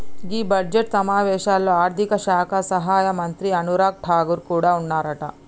గీ budget సమావేశాల్లో ఆర్థిక శాఖ సహాయక మంత్రి అనురాగ్ ఠాగూర్ కూడా ఉన్నారట